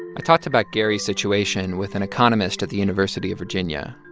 i talked about gary's situation with an economist at the university of virginia.